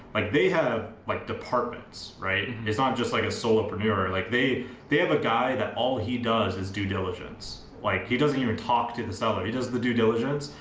like they have like departments, right? it's not just like a solopreneur. like they they have a guy that all he does is due diligence. like he doesn't even talk to the seller, he does the due diligence.